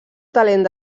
talent